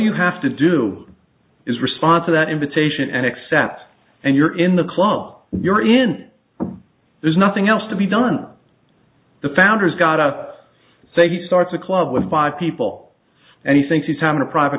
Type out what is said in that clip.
you have to do is respond to that invitation and accept and you're in the club you're in there's nothing else to be done the founders got to say he starts a club with five people and he thinks he's having a private